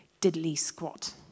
diddly-squat